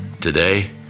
today